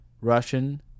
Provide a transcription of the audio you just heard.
Russian